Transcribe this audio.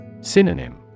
Synonym